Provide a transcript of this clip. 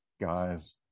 guys